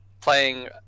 playing